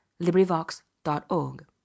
LibriVox.org